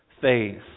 faith